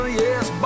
yes